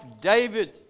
David